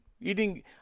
Eating